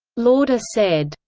lauder said.